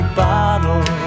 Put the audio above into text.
bottle